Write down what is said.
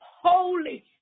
holy